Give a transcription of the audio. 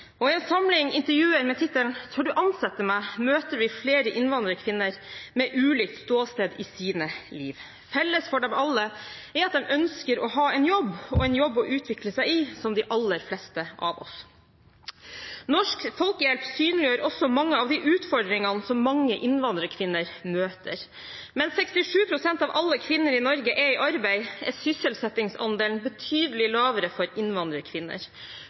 I en samling intervjuer med tittelen «Tør du ansette meg?» møter vi flere innvandrerkvinner med ulikt ståsted i livet. Felles for dem alle er at de ønsker å ha en jobb og en jobb å utvikle seg i, som de aller fleste av oss. Norsk Folkehjelp synliggjør også mange av de utfordringene som mange innvandrerkvinner møter. Mens 67 pst. av alle kvinner i Norge er i arbeid, er sysselsettingsandelen betydelig lavere for innvandrerkvinner.